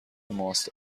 ماست